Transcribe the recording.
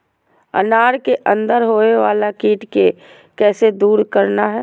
अनार के अंदर होवे वाला कीट के कैसे दूर करना है?